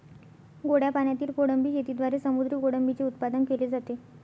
गोड्या पाण्यातील कोळंबी शेतीद्वारे समुद्री कोळंबीचे उत्पादन केले जाते